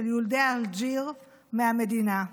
של יהודי אלג'יר מהמדינה.